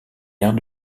aire